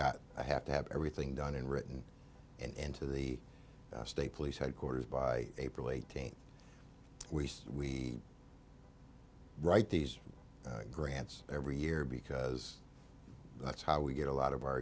got i have to have everything done and written and to the state police headquarters by april eighteenth we write these grants every year because that's how we get a lot of our